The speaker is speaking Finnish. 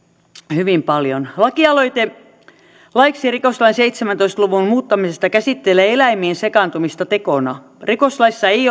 hyvin paljon lakialoite laiksi rikoslain seitsemäntoista luvun muuttamisesta käsittelee eläimiin sekaantumista tekona rikoslaissa ei